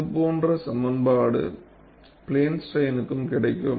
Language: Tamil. இதேபோன்ற சமன்பாடு பிளேன் ஸ்ட்ரைன்க்கும் கிடைக்கும்